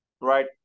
right